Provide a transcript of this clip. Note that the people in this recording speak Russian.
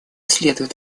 следует